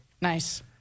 Nice